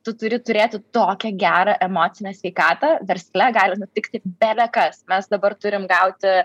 tu turi turėti tokią gerą emocinę sveikatą versle gali nutikti belekas mes dabar turim gauti